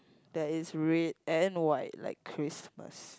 that is red and white like Christmas